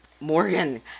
Morgan